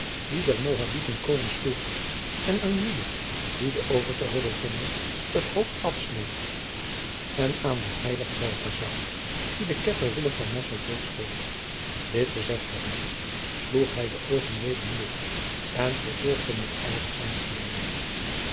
die der moabiten koning sloeg en aan judith die den oversten holofernes het hoofd afsneed en aan den heiligen balthasar die den ketter willem van nassau dood schoot dit gezegd hebbende sloeg hij de oogen weder neder en vervolgde met ijver zijne gebeden